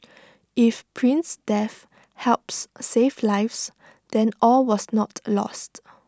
if prince's death helps save lives then all was not lost